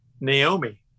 Naomi